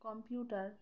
computer